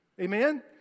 Amen